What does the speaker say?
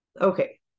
Okay